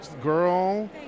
girl